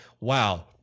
wow